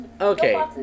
Okay